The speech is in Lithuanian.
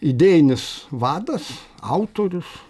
idėjinis vadas autorius